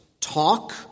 talk